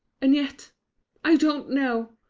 and yet i don't know,